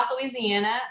Louisiana